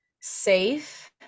safe